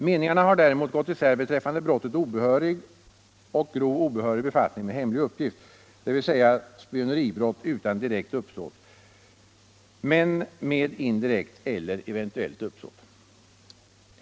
Meningarna har däremot gått isär beträffande brottet obehörig och grov obehörig befattning med hemlig uppgift, dvs. spioneribrott utan direkt uppsåt men med indirekt eller eventuellt uppsåt.